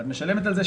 אני מציע,